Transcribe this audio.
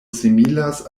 similas